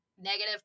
negative